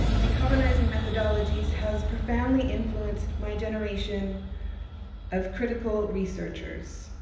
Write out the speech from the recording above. decolonizing methodologies has profoundly influenced my generation of critical researchers.